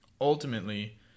ultimately